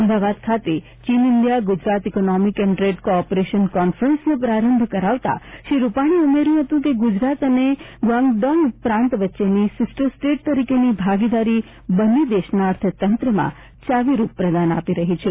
અમદાવાદ ખાતે ચીન India Gujarat economic and trade cooperation કોન્ફરન્સનો પ્રારંભ કરાવતા શ્રી રૂપાણીએ ઉમેર્યું હતું કે ગુજરાત અને ગ્વાન્ગડોંગ પ્રાંત વચ્ચેની સીસ્ટર સ્ટેટ તરીકેની ભાગીદારી બંને દેશના અર્થતંત્રમાં ચાવીરૂપ પ્રદાન આપી રહી છે